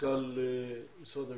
מנכ"לית משרד המשפטים.